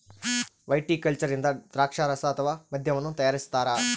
viticulture ಇಂದ ದ್ರಾಕ್ಷಾರಸ ಅಥವಾ ಮದ್ಯವನ್ನು ತಯಾರಿಸ್ತಾರ